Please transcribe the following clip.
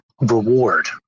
reward